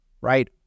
right